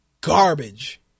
garbage